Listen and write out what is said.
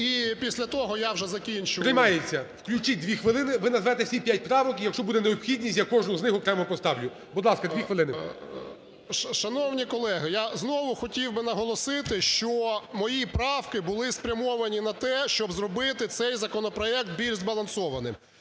і після того я вже закінчу. ГОЛОВУЮЧИЙ. Приймається. Включіть дві хвилини. Ви назвете всі п'ять правок, і, якщо буде необхідність, я кожну з них окремо поставлю. Будь ласка, дві хвилини. 17:24:52 ГУСАК В.Г. Шановні колеги! Я знову хотів би наголосити, що мої правки були спрямовані на те, щоб зробити цей законопроект більш збалансованим.